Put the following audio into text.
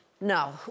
no